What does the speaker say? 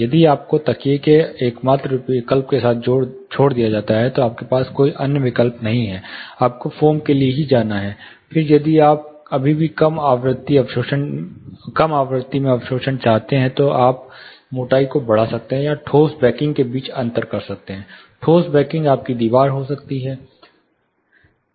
यदि आपको तकिया के एकमात्र विकल्प के साथ छोड़ दिया गया है तो आपके पास कोई अन्य विकल्प नहीं है आपको फोम के लिए जाना है फिर यदि आप अभी भी कम आवृत्ति अवशोषण चाहते हैं तो आप मोटाई को बढ़ा सकते हैं या ठोस बैकिंग के बीच अंतर कर सकते हैं ठोस बैकिंग आपकी दीवार हो सकती है